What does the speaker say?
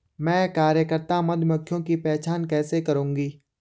मैं कार्यकर्ता मधुमक्खियों की पहचान कैसे करूंगी?